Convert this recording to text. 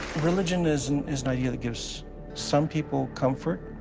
religion is and is an idea that gives some people comfort,